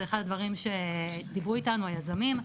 זה אחד הדברים שדיברו איתנו היזמים,